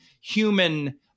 human